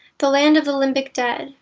the land of the limbic dead,